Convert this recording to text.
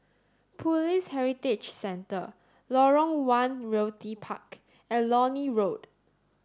Police Heritage Centre Lorong one Realty Park and Lornie Road